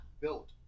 built